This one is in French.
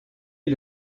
est